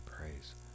praise